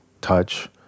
touch